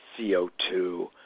CO2